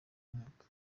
mwaka